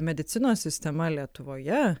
medicinos sistema lietuvoje